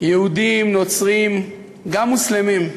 יהודים, נוצרים, גם מוסלמים,